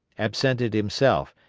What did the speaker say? absented himself,